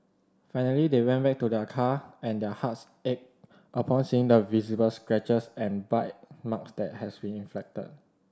finally they went back to their car and their hearts ached upon seeing the visible scratches and bite marks that has been inflicted